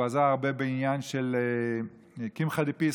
והוא עזר הרבה בעניין של קמחא דפסחא,